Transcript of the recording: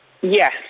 Yes